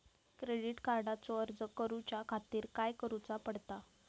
Credit कार्डचो अर्ज करुच्या खातीर काय करूचा पडता?